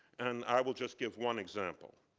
and i will just give one example.